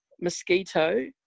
mosquito